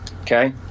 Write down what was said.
okay